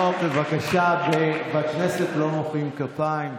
לא, בבקשה, בכנסת לא מוחאים כפיים.